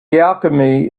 alchemy